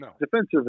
defensive